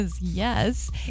Yes